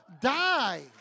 die